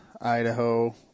Idaho